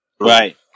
Right